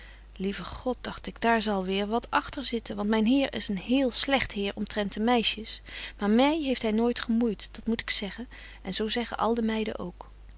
lieve god dagt ik daar zal weêr wat agter zitten want myn heer is een heel slegt heer omtrent de meisjes maar my heeft hy nooitbetje wolff en aagje deken historie van mejuffrouw sara burgerhart gemoeit dat moet ik zeggen en zo zeggen al de meiden ook